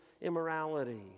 immorality